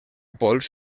pols